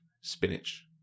spinach